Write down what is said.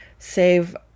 save